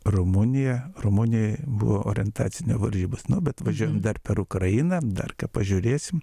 rumuniją ramunijoj buvo orientacinio varžybos nu bet važiuojam dar per ukrainą dar pažiūrėsim